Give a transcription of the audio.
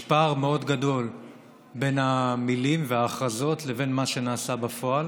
יש פער מאוד גדול בין המילים וההכרזות לבין מה שנעשה בפועל,